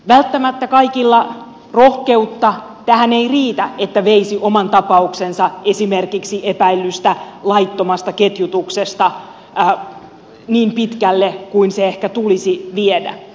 välttämättä kaikilla rohkeutta tähän ei riitä että veisi oman tapauksensa esimerkiksi epäillystä laittomasta ketjutuksesta niin pitkälle kuin se ehkä tulisi viedä